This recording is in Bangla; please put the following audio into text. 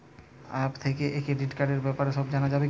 অ্যাপ থেকে ক্রেডিট কার্ডর ব্যাপারে সব জানা যাবে কি?